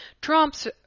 Trump's